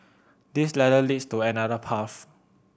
this ladder leads to another path